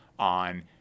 on